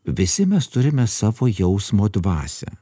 visi mes turime savo jausmo dvasią